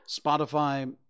spotify